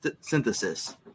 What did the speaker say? synthesis